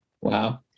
Wow